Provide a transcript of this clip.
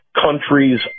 countries